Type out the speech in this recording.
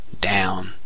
down